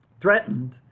threatened